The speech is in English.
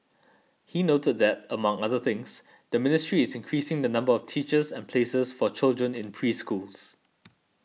he noted that among other things the ministry is increasing the number of teachers and places for children in preschools